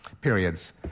periods